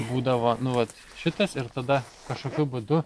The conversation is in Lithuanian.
būdavo nu vat šitas ir tada kašokiu būdu